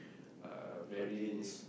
uh very